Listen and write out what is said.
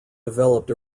developed